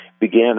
began